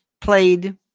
played